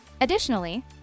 Additionally